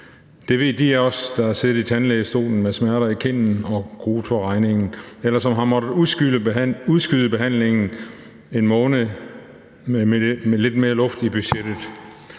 Det ved de af os, der har siddet i tandlægestolen med smerter i kinden, og som har gruet for regningen, eller som har måttet udskyde behandlingen til en måned med lidt mere luft i budgettet.